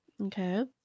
Okay